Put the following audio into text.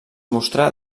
mostrà